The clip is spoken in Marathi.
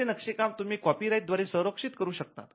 तर ते नक्षीकाम तुम्ही कॉपीराइट द्वारे संरक्षित करू शकता